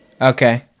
Okay